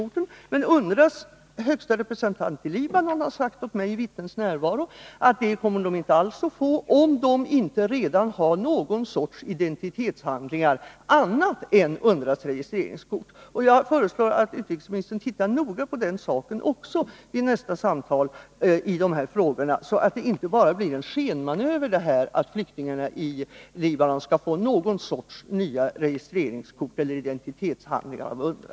att skydda flyktingar i Libanon att stödja kulturarbetare på Cuba Men UNRWA:s högste representant i Libanon har sagt till mig i vittnens närvaro att flyktingarna inte alls kommer att få det, om de inte redan har några andra identitetshandlingar än UNRWA:s registreringskort. Jag föreslår att utrikesministern noga överväger också detta vid nästa samtali dessa frågor, så att det inte bara blir en skenmanöver att flyktingarna i Libanon skall få någon sorts nya registreringskort eller identitetshandlingar av UNRWA.